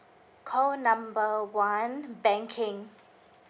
call number one banking